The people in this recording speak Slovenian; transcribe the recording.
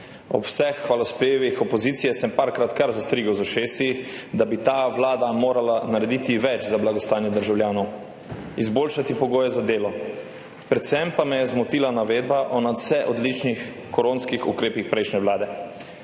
Ob vseh hvalospevih opozicije sem nekajkrat kar zastrigel z ušesi. Da bi ta vlada morala narediti več za blagostanje državljanov, izboljšati pogoje za delo, predvsem pa me je zmotila navedba o nadvse odličnih koronskih ukrepih prejšnje vlade.